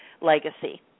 Legacy